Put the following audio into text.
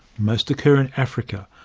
most occur in africa,